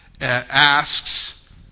asks